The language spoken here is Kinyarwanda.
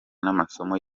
n’amasomo